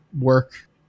work